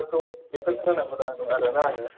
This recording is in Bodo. बेफोरखौ नांगौ जाना दं आरो ना आंनो